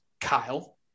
Kyle